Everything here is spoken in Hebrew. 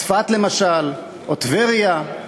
צפת, למשל, או טבריה.